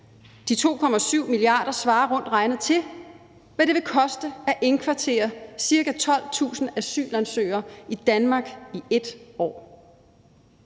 De 2,7 milliarder svarer rundt regnet til, hvad det vil koste at indkvartere cirka 12.000 asylansøgere i Danmark i et år.«